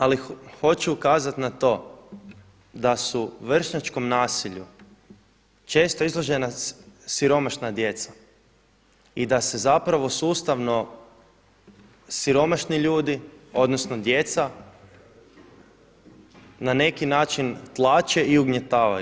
Ali hoću ukazat na to da su vršnjačkom nasilju često izložena siromašna djeca i da se zapravo sustavno siromašni ljudi, odnosno djeca na neki način tlače i ugnjetavaju.